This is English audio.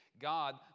God